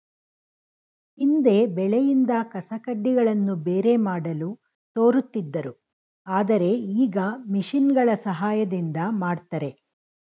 ಹಿಂದೆ ಬೆಳೆಯಿಂದ ಕಸಕಡ್ಡಿಗಳನ್ನು ಬೇರೆ ಮಾಡಲು ತೋರುತ್ತಿದ್ದರು ಆದರೆ ಈಗ ಮಿಷಿನ್ಗಳ ಸಹಾಯದಿಂದ ಮಾಡ್ತರೆ